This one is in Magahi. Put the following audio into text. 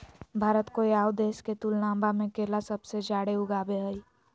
भारत कोय आउ देश के तुलनबा में केला सबसे जाड़े उगाबो हइ